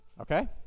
Okay